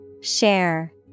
Share